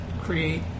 create